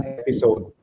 episode